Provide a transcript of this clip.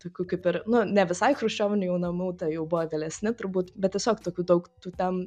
tokių kaip ir nu ne visai chruščiovinių jau namų tai jau buvo vėlesni turbūt bet tiesiog tokių daug tų ten